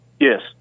Yes